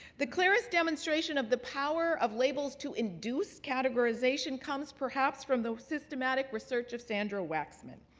the clearest demonstration of the power of labels to induce categorization comes, perhaps, from the systematic research of sandra waxman.